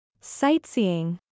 Sightseeing